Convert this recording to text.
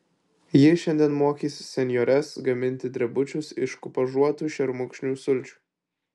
ji šiandien mokys senjores gaminti drebučius iš kupažuotų šermukšnių sulčių